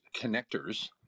connectors